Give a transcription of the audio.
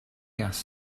gas